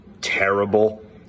terrible